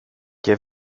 και